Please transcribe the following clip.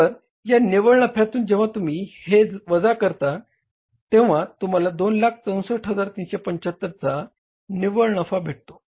तर या निव्वळ नफ्यातून जेव्हा तुम्ही हे वजा करता तेव्हा तुम्हाला 264375 चा निव्वळ नफा भेटतो